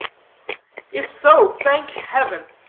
if so, thank heaven,